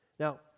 Now